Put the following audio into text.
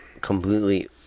completely